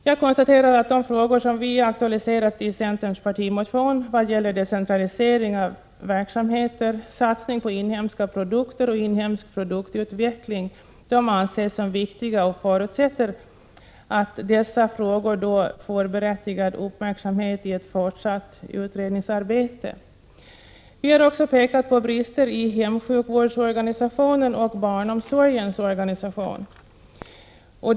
Jag konstaterar att de frågor vi aktualiserar i centerns partimotion vad gäller decentralisering av verksamheter, satsning på inhemska produkter och inhemsk produktutveckling anses som viktiga. Jag förutsätter att dessa frågor får berättigad uppmärksamhet i ett fortsatt utredningsarbete. Vi har också pekat på brister i organisationen av hemsjukvården och barnomsorgen.